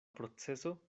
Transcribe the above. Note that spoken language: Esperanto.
proceso